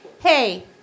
hey